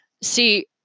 See